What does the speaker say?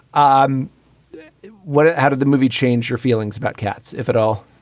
um what? how did the movie change your feelings about cats? if at all,